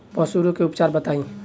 पशु रोग के उपचार बताई?